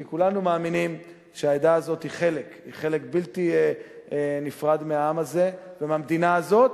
כי כולנו מאמינים שהעדה הזאת היא חלק בלתי נפרד מהעם הזה ומהמדינה הזאת,